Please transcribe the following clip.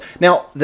Now